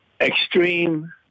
extreme